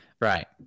Right